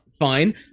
fine